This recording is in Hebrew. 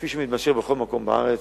כפי שמתמשך בכל מקום בארץ,